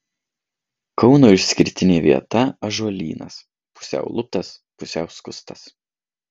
kauno išskirtinė vieta ąžuolynas pusiau luptas pusiau skustas